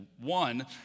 One